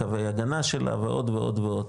קווי הגנה שלה ועוד ועוד ועוד,